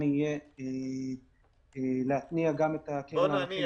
יהיה להתניע גם את הקרן לענפים בסיכון.